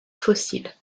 fossile